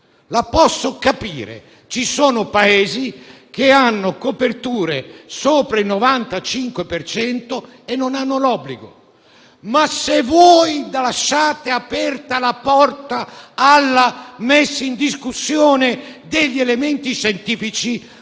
La posso capire, perché ci sono Paesi che hanno coperture sopra il 95 per cento e non hanno l'obbligo. Ma se voi lasciate aperta la porta alla messa in discussione degli elementi scientifici,